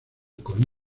con